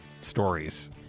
stories